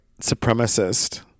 supremacist